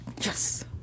Yes